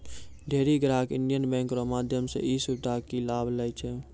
ढेरी ग्राहक Indian Bank रो माध्यम से ई सुविधा के लाभ लै छै